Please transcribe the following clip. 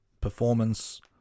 performance